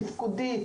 תפקודית,